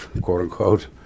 quote-unquote